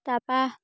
তাপা